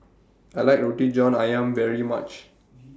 I like Roti John Ayam very much